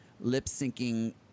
lip-syncing